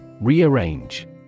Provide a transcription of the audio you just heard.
Rearrange